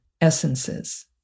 essences